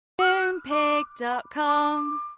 Moonpig.com